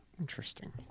interesting